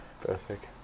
Perfect